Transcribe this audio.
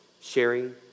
sharing